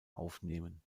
aufnehmen